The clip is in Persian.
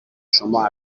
شما